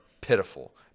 pitiful